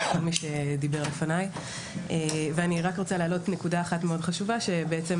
לכל מי שדיבר לפניי ואני רק רוצה להעלות נקודה אחת מאוד חשובה שבעצם,